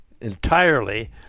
entirely